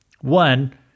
one